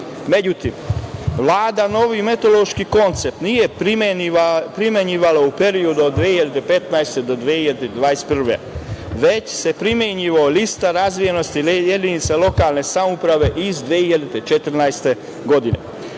međutim Vlada novi metodološki koncept nije primenjivala u periodu od 2015. do 2021. godine, već se primenjivala lista razvijenosti jedinica lokalne samouprave iz 2014. godine